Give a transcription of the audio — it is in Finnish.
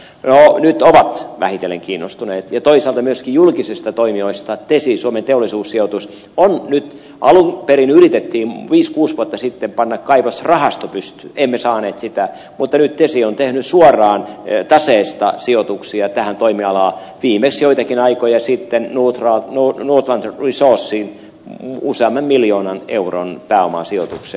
no nyt ne ovat vähitellen kiinnostuneet ja toisaalta myöskin julkisista toimijoista tesi suomen teollisuussijoitus on nyt alun perin yritettiin viisi kuusi vuotta sitten panna kaivosrahasto pystyyn emme saaneet sitä tehnyt suoraan taseesta sijoituksia tähän toimialaan viimeksi joitakin aikoja sitten nordland resourcesiin usean miljoonan euron pääomasijoituksen